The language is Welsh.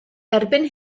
erbyn